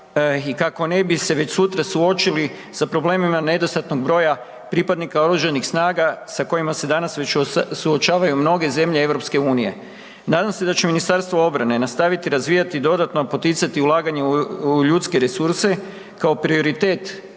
i kako ne bi se već sutra suočili sa problemima nedostatnog broja pripadnika oružanih snaga sa kojima se danas već suočavaju mnoge zemlje EU. Nadam se da će Ministarstvo obrane nastaviti razvijati i dodatno poticati ulaganje u ljudske resurse kao prioritet